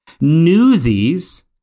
Newsies